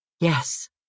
yes